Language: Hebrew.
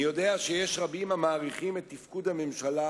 אני יודע שיש רבים המעריכים את תפקוד הממשלה,